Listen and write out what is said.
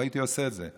לא הייתי עושה את זה.